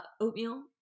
oatmeal